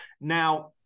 Now